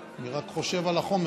אני רק חושב על החומר.